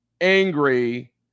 angry